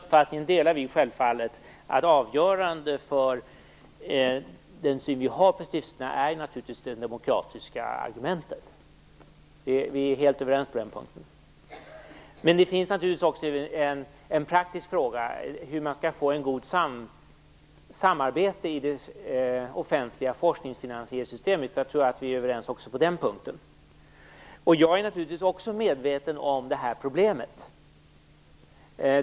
Fru talman! Det är helt riktigt. Vi delar självfallet uppfattningen att det avgörande för den syn vi har på stiftelserna är det demokratiska argumentet. Vi är helt överens på den punkten. Men det finns också en praktisk fråga, nämligen hur man skall få ett gott samarbete i det offentliga forskningsfinansieringssystemet. Jag tror att vi är överens också på den punkten. Jag är naturligtvis också medveten om det här problemet.